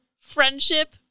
friendship